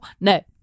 No